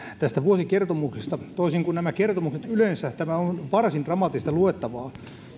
tästä vuosikertomuksesta toisin kuin nämä kertomukset yleensä tämä on varsin dramaattista luettavaa